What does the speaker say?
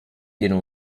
didn’t